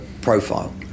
profile